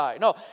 No